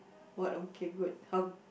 what okay good how